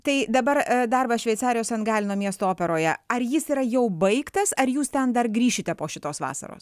tai dabar darbas šveicarijos sent galeno miesto operoje ar jis yra jau baigtas ar jūs ten dar grįšite po šitos vasaros